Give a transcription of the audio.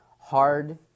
hard